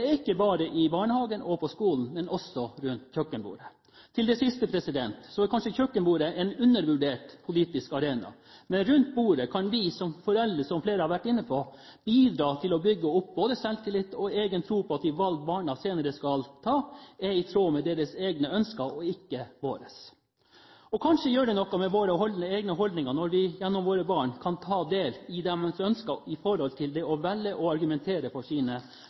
siste – kjøkkenbordet er kanskje en undervurdert politisk arena. Rundt bordet kan vi som foreldre, som flere har vært inne på, bidra til å bygge opp både barnas selvtillit og troen på at de valg de senere skal ta, er i tråd med deres egne ønsker og ikke våre. Og kanskje gjør det noe med våre egne holdninger når vi kan ta del i våre barns ønsker